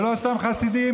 ולא סתם חסידים,